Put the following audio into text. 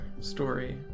story